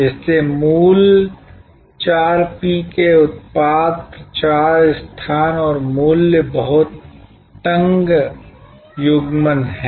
इसलिए मूल चार P के उत्पाद प्रचार स्थान और मूल्य बहुत तंग युग्मन हैं